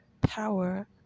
power